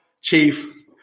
Chief